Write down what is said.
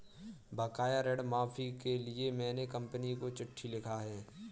बकाया ऋण माफी के लिए मैने कंपनी को चिट्ठी लिखा है